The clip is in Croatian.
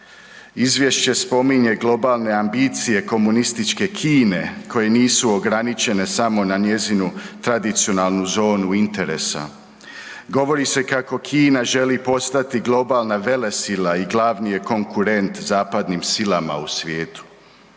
Izvješće spominje globalne ambicije komunističke Kine koje nisu ograničene samo na njezinu tradicionalnu zonu interesa. Govori se kako Kina želi postati globalna velesila i glavni je konkurent zapadnim silama u svijetu.